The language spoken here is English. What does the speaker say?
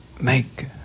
make